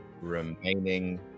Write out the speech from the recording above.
remaining